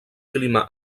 clima